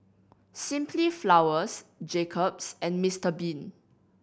Simply Flowers Jacob's and Mister Bean